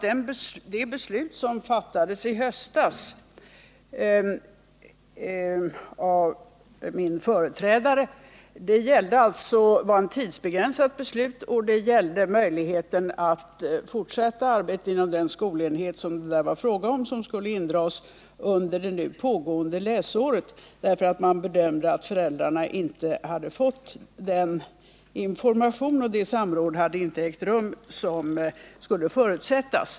Det beslut som fattades i höstas av min företrädare var tidsbegränsat, och det gällde möjligheten att fortsätta arbetet inom den skolenhet som det var fråga om, under det nu pågående läsåret. Anledningen till förlängningen var att man bedömde det som att föräldrarna inte hade fått tillräcklig information och att inte det samråd hade ägt rum som hade förutsatts.